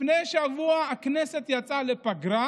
לפני שבוע הכנסת יצאה לפגרה.